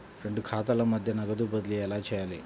రెండు ఖాతాల మధ్య నగదు బదిలీ ఎలా చేయాలి?